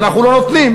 ואנחנו לא נותנים,